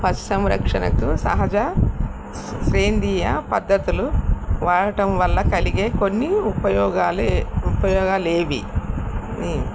పశు సంరక్షణకు సహజ సేంద్రీయ పద్ధతులు వాడటం వల్ల కలిగే కొన్ని ఉపయోగాలు ఉపయోగాలు ఏవి మీ